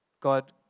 God